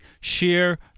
Share